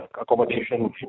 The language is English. accommodation